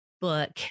book